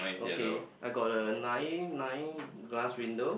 okay I got a nine nine glass window